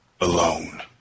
alone